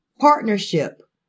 partnership